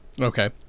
okay